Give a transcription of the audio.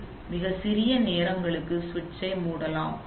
நீங்கள் மிகச் சிறிய நேரங்களுக்கு சுவிட்சை மூடலாம்